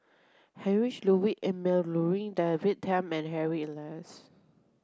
Heinrich Ludwig Emil Luering David Tham and Harry Elias